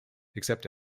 except